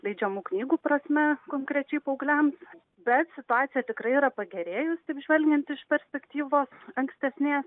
leidžiamų knygų prasme konkrečiai paaugliams bet situacija tikrai yra pagerėjusi taip žvelgiant iš perspektyvos ankstesnės